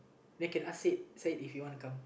then can I say say if you wanna come